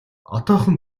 одоохон